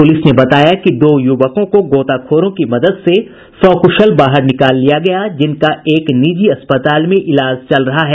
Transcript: police ने बताया कि दो युवकों को गोताखोरों की मदद से सकूशल बाहर निकाल लिया गया जिनका एक निजी अस्पताल में इलाज चल रहा है